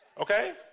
okay